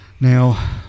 Now